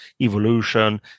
evolution